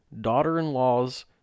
daughter-in-laws